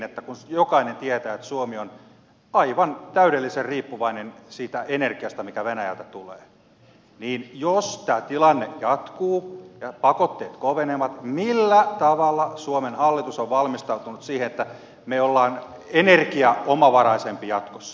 kun jokainen tietää että suomi on aivan täydellisen riippuvainen siitä energiasta mikä venäjältä tulee niin jos tämä tilanne jatkuu ja pakotteet kovenevat millä tavalla suomen hallitus on valmistautunut siihen että me olemme energiaomavaraisempi jatkossa